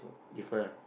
different ah